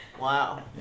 wow